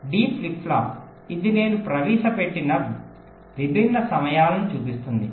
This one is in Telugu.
D ఫ్లిప్ ఫ్లాప్ ఇది నేను ప్రవేశపెట్టిన విభిన్న సమయాలను చూపిస్తుంది